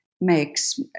makes